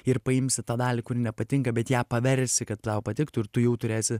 ir paimsi tą dalį kuri nepatinka bet ją paversi kad tau patiktų ir tu jau turėsi